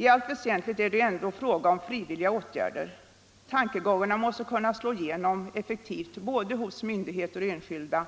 I allt väsentligt är det ändå fråga om frivilliga åtgärder. Tankegångarna måste slå igenom effektivt hos myndigheter och enskilda,